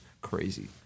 crazy